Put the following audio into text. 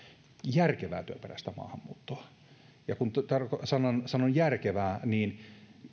järkevää työperäistä maahanmuuttoa ja kun sanon sanon järkevää niin